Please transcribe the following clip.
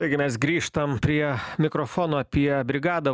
taigi mes grįžtam prie mikrofono apie brigadą